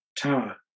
Tower